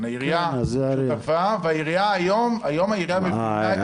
העירייה שותפה והעירייה היום מבינה את הטעות.